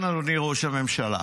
כן, אדוני ראש הממשלה?